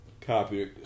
copy